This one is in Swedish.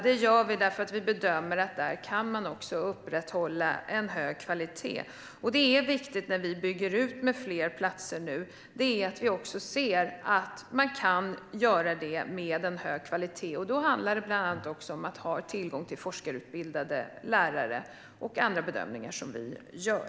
Det gör vi därför att vi bedömer att man där kan upprätthålla en hög kvalitet. Det är viktigt när vi bygger ut med fler platser att vi också ser att man kan göra det med en hög kvalitet. Då handlar det bland annat om att ha tillgång till forskarutbildade lärare och andra bedömningar som vi gör.